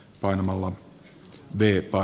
arvoisa puhemies